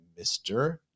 Mr